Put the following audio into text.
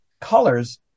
colors